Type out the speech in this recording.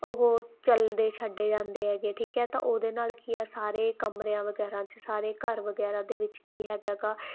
ਉਹ ਚੱਲਦੇ ਛੱਡੇ ਜਾਂਦੇ ਹੈਗੇ ਠੀਕ ਹੈ ਤਾਂ ਉਹਦੇ ਨਾਲ ਕੀ ਆ ਸਾਰੇ ਕਮਰਿਆਂ ਵਗੈਰਾ 'ਚ ਸਾਰੇ ਘਰ ਵਗੈਰਾ ਦੇ ਵਿੱਚ ਕੀ ਹੈਗਾ ਐਗਾ